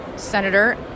senator